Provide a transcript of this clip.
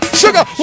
sugar